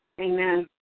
Amen